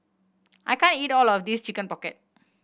I can't eat all of this Chicken Pocket